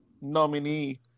nominee